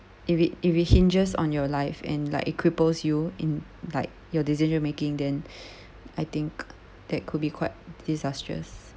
if it if it hinges on your life and like it cripples you in like your decision making then I think that could be quite disastrous